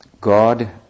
God